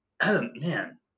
man